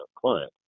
client